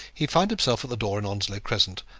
he found himself at the door in onslow crescent,